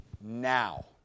Now